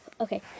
Okay